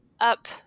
up